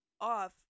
off